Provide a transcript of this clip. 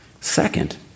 Second